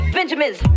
Benjamin's